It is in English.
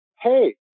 Hey